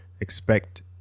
expect